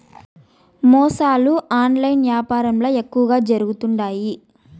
మోసాలు ఆన్లైన్ యాపారంల ఎక్కువగా జరుగుతుండాయి